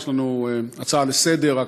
יש לנו הצעה לסדר-היום,